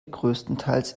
größtenteils